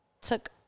took